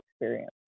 experience